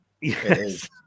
Yes